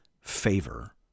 favor